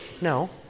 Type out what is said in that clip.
No